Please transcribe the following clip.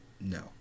no